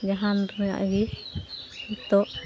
ᱡᱟᱦᱟᱱ ᱨᱮᱭᱟᱜ ᱜᱮ ᱱᱤᱛᱚᱜ